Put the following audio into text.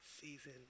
season